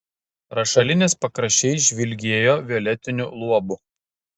rašalinės pakraščiai žvilgėjo violetiniu luobu